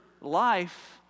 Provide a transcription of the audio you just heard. life